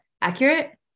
accurate